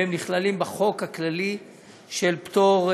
והם נכללים בחוק הכללי של פטור,